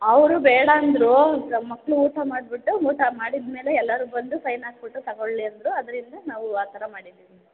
ಅವರು ಬೇಡ ಅಂದರು ನಮ್ಮ ಮಕ್ಕಳು ಊಟ ಮಾಡಿಬಿಟ್ಟು ಊಟ ಮಾಡಿದ ಮೇಲೆ ಎಲ್ಲರೂ ಬಂದು ಸೈನ್ ಹಾಕ್ಬಿಟ್ಟು ತೊಗೊಳ್ಲಿ ಅಂದರು ಅದರಿಂದ ನಾವು ಆ ಥರ ಮಾಡಿದ್ದೀವಿ